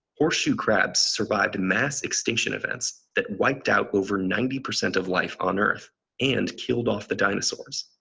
horseshoe crabs survived mass extinction events that wiped out over ninety percent of life on earth and killed off the dinosaurs,